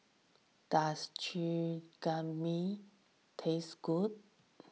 does Chigenabe taste good